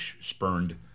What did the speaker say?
spurned